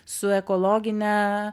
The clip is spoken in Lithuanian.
su ekologine